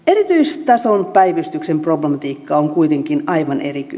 erityistason päivystyksen problematiikka on kuitenkin aivan eri